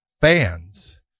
fans